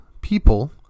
people